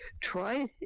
Try